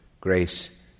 Grace